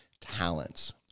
talents